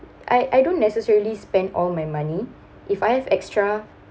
I I don't necessarily spend all my money if I have extra